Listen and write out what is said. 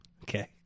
Okay